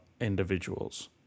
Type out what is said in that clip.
individuals